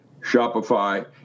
Shopify